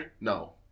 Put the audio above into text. No